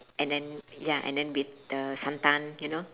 and then ya and then with the santan you know